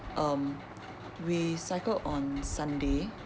um we cycle on sunday